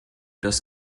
das